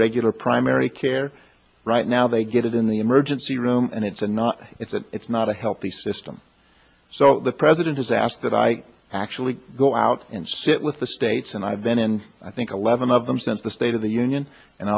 regular primary care right now they get it in the emergency room and it's and not it's that it's not a healthy system so the president has asked that i actually go out and sit with the states and i've been in i think a leaven of them since the state of the union and